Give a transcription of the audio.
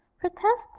protested